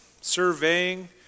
surveying